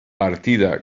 partida